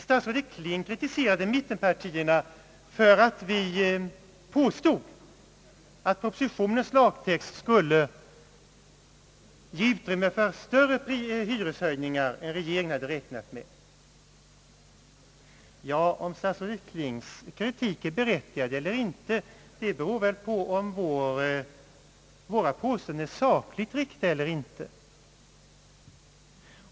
Statsrådet Kling kritiserade mittenpartierna för att vi påstod att propositionens lagtext skulle ge utrymme för större hyreshöjningar än regeringen hade räknat med. Ja, om statsrådet Klings kritik är berättigad eller inte beror väl på om våra påståenden är sakligt riktiga eller inte.